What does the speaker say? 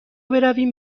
برویم